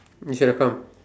you should have come